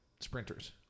sprinters